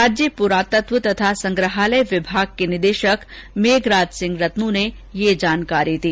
राज्य पुरातत्त्व तथा संग्रहालय विभाग के निदेशक मेघराज सिंह रतनू ने यह जानकारी दी